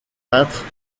peintre